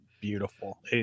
beautiful